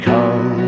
Come